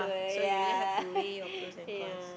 so you really have to weigh your pros and cons